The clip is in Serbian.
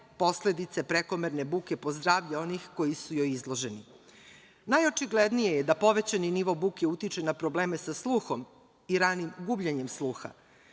posledice prekomerne buke po zdravlje onih koji su joj izloženi. Najočiglednije je da povećani nivo buke utiče na probleme sa sluhom i ranim gubljenjem sluha.